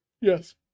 Yes